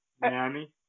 Miami